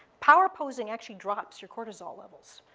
power posing actually drops your cortisol levels.